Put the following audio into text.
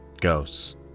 ghosts